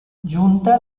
giunta